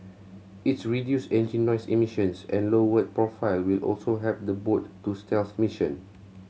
its reduced engine noise emissions and lowered profile will also help the boat to stealth mission